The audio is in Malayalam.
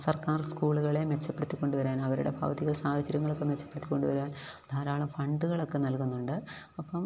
സർക്കാർ സ്കൂളുകളെ മെച്ചപ്പെടുത്തിക്കൊണ്ടുവരാൻ അവരുടെ ഭൗതികസാഹചര്യങ്ങളൊക്കെ മെച്ചപ്പെടുത്തി കൊണ്ടുവരാൻ ധാരാളം ഫണ്ടുകളൊക്ക നൽകുന്നുണ്ട് അപ്പം